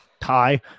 tie